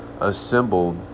assembled